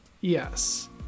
yes